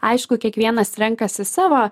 aišku kiekvienas renkasi savo